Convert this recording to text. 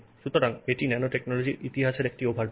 সুতরাং এটি ন্যানোটেকনোলজির ইতিহাসের একটি ওভারভিউ